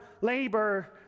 labor